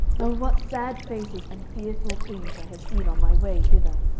oh what sad faces and fearful things i have seen on my way hither!